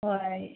ꯍꯣꯏ